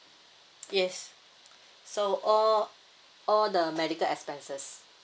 yes so all all the medical expenses